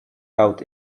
out